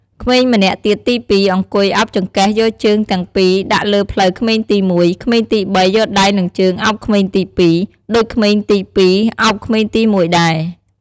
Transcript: ក្មេងម្នាក់ទៀតទី២ អង្គុយ ឱបចង្កេះយកជើងទាំងពីរដាក់លើភ្លៅក្មេងទី១ ក្មេងទី៣ យកដៃនឹងជើងឱបក្មេងទី២ ដូចក្មេងទី២ ឱបក្មេងទី១ ដែរ។